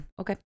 okay